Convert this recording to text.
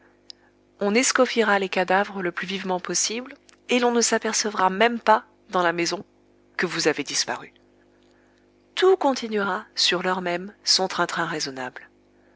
on escoffiera les cadavres le plus vivement possible et l'on ne s'apercevra même pas dans la maison que vous avez disparu tout continuera sur l'heure même son train-train raisonnable